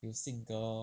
有性格哦